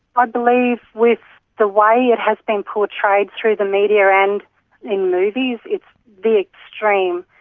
i believe with the way it has been portrayed through the media and in movies, it's the extreme,